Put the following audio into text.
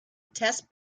test